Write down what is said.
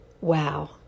Wow